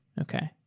okay.